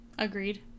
Agreed